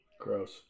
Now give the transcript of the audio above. gross